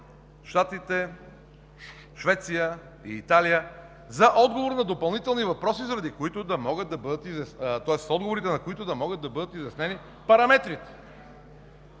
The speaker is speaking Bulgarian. Щатите, Швеция и Италия за отговор на допълнителни въпроси, от отговорите на които да могат да бъдат изяснени параметрите.